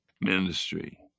ministry